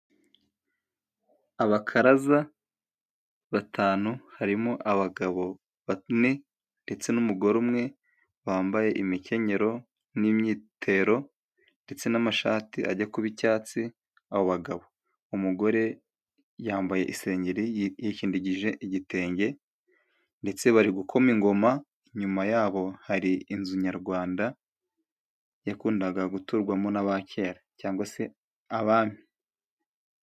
Abakaraza batanu harimo abagabo bane ndetse n'umugore umwe wambaye imikenyero n'imyitero ndetse n'amashati ajya kuba icyatsi abo bagabo. Umugore yambaye isengeri yikindirije igitenge ndetse bari gukoma ingoma inyuma yabo hari inzu nyarwanda yakundaga guturwamo n'aba kera cyangwa se abami.